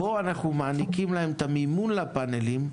פה אנחנו מעניקים להם את המימון לפאנלים,